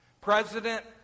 President